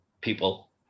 people